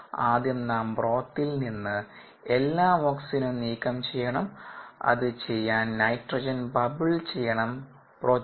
ആദ്യം നാം ബ്രോത്തിൽ നിന്ന് എല്ലാ ഓക്സിജനും നീക്കം ചെയ്യണം അത് ചെയ്യാൻ നൈട്രജൻ ബബിൾ ചെയ്യണം ബ്രോത്ത് വഴി